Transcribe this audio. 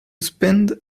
spend